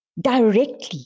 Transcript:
directly